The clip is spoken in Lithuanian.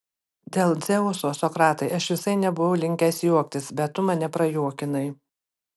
dėl dzeuso sokratai aš visai nebuvau linkęs juoktis bet tu mane prajuokinai